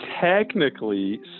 Technically